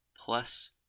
plus